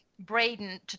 Braden